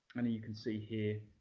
and you can see here